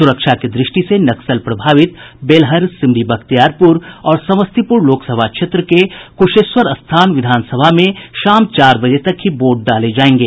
सुरक्षा की दृष्टि से नक्सल प्रभावित बेलहर सिमरी बख्तियारपुर और समस्तीपुर लोकसभा क्षेत्र के कुशेश्वरस्थान में शाम चार बजे तक ही वोट डाले जायेंगे